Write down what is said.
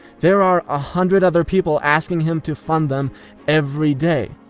there are a hundred other people asking him to fund them every day.